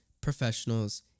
professionals